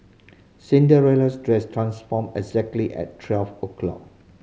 Cinderella's dress transformed exactly at twelve o'clock